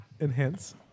Enhance